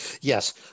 Yes